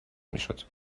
میشد